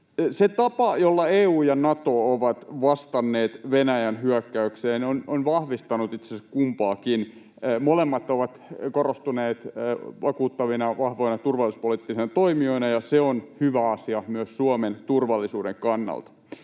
Se tapa, jolla EU ja Nato ovat vastanneet Venäjän hyökkäykseen, on vahvistanut itse asiassa kumpaakin. Molemmat ovat korostuneet vakuuttavina ja vahvoina turvallisuuspoliittisina toimijoina, ja se on hyvä asia myös Suomen turvallisuuden kannalta.